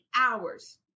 hours